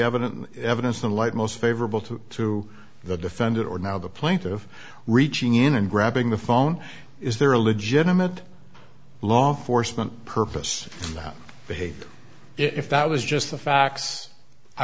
evidence evidence the light most favorable to to the defendant or now the plaintive reaching in and grabbing the phone is there a legitimate law enforcement purpose that behavior if that was just the facts i